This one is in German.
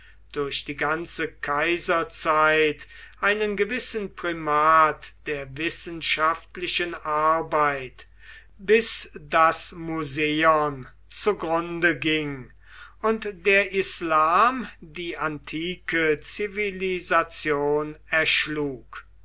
durch die ganze kaiserzeit einen gewissen primat der wissenschaftlichen arbeit bis das museion zugrunde ging und der islam die antike zivilisation erschlug